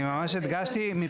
אני ממש הדגשתי פיננסית.